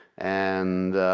and